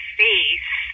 face